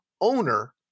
owner